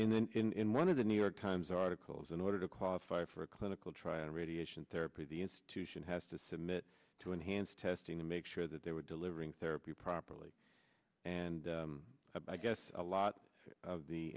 in one of the new york times articles in order to qualify for a clinical trial radiation therapy the institution has to submit to enhance testing to make sure that they were delivering therapy properly and i guess a lot of the